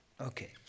Okay